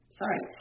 sorry